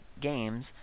games